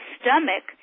stomach